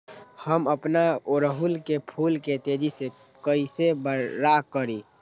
हम अपना ओरहूल फूल के तेजी से कई से बड़ा करी?